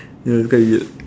that's quite weird